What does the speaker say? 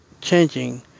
changing